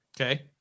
Okay